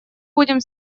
будем